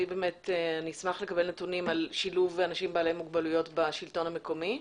נשמח לקבל נתונים על שילוב בעלי מוגבלויות בשלטון המקומי.